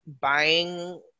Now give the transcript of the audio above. buying